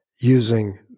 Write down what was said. using